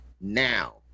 now